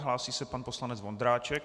Hlásí se pan poslanec Vondráček.